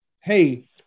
hey